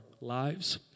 lives